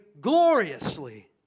gloriously